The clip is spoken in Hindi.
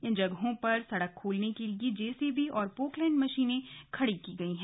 इन जगहों पर सड़क खोलने के लिए जेसेबी और पोकलैंड मशीनें खड़ी की गई हैं